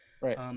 Right